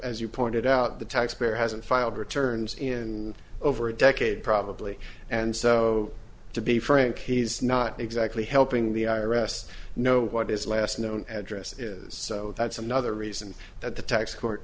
as you pointed out the taxpayer hasn't filed returns in over a decade probably and so to be frank he's not exactly helping the i r s know what his last known address is so that's another reason that the tax court